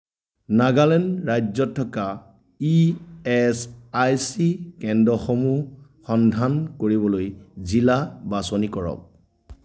নাগালেণ্ড ৰাজ্যত থকা ইএচআইচি কেন্দ্ৰসমূহ সন্ধান কৰিবলৈ জিলা বাছনি কৰক